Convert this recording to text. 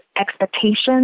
expectations